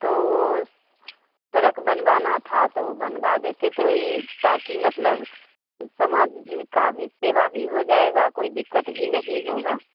तो वह सड़क बनवाना था तो बनवा देते तो यह ताकि मतलब समाज की भी सेवा भी हो जाएगा कोई दिक्कत भी नहीं होगा